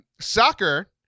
soccer